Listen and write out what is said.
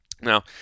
Now